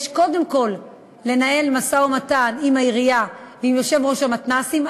יש קודם כול לנהל משא-ומתן עם העירייה ועם מנהל רשת המתנ"סים שם.